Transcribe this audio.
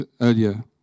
earlier